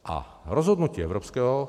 A rozhodnutí evropského...